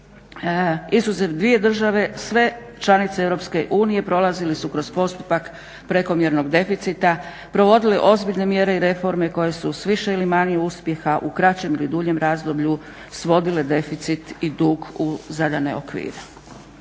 izuzev dvije države sve članice Europske unije prolazili su kroz postupak prekomjernog deficita, provodili ozbiljne mjere i reforme koje su sa više ili manje uspjeha u kraćem ili duljem razdoblju svodile deficit i dug u zadane okvire.